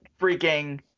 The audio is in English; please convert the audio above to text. freaking